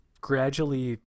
gradually